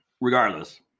regardless